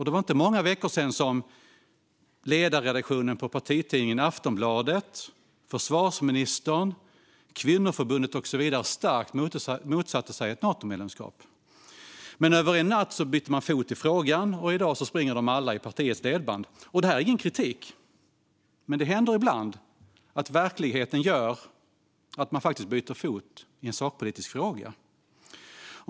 Det var inte många veckor sedan som ledarredaktionen på partitidningen Aftonbladet, försvarsministern, kvinnoförbundet och så vidare starkt motsatte sig ett Natomedlemskap - men över en natt bytte partiet fot i frågan, och i dag springer de alla i partiets ledband. Detta är ingen kritik, utan det händer ibland att verkligheten gör att man faktiskt byter fot i en sakpolitisk fråga.